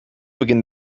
beginn